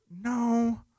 No